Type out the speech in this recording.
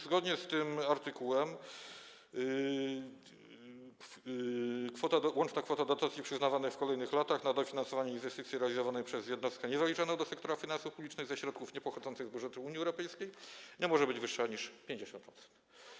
Zgodnie z tym artykułem łączna kwota dotacji przyznawanych w kolejnych latach na dofinansowanie inwestycji realizowanej przez jednostkę niezaliczoną do sektora finansów publicznych ze środków niepochodzących z budżetu Unii Europejskiej nie może być większa niż 50%.